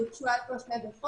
שהוגשו עד כה שני דוחות.